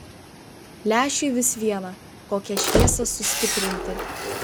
lęšiui vis viena kokią šviesą sustiprinti